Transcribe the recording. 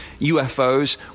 ufos